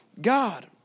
God